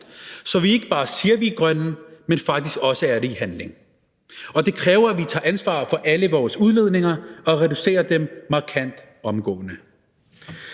så vi ikke bare siger, at vi er grønne, men faktisk også er det i handling, og det kræver, at vi tager ansvar for alle vores udledninger og reducerer dem markant omgående.